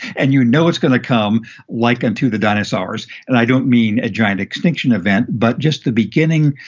and, you know, it's going to come likened to the dinosaurs. and i don't mean a giant extinction event, but just the beginning.